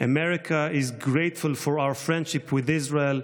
"America is grateful for our friendship with Israel.